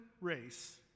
race